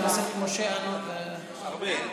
(חברות גבייה),